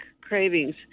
Cravings